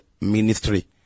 ministry